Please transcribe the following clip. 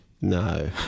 No